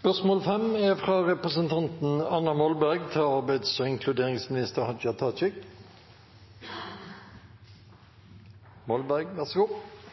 «Hurdalserklæringen stadfester at adgangen til generelle midlertidige ansettelser som forrige regjering innførte, skal fjernes. Mange i næringslivet og